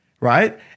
right